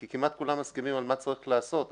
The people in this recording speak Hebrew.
כי כמעט כולם מסכימים על מה צריך לעשות.